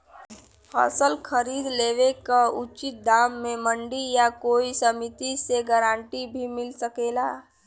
फसल खरीद लेवे क उचित दाम में मंडी या कोई समिति से गारंटी भी मिल सकेला?